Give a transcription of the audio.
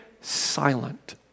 silent